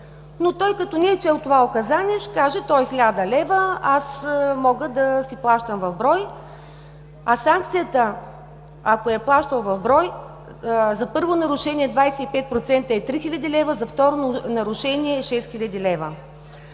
но той, като не е чел Указанието, ще каже, че е 1000 лв., и може да си плаща в брой, а санкцията, ако е плащал в брой за първо нарушение – 25%, е 3000 лв., за второ нарушение е 6000 лв.